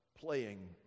playing